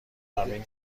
برایم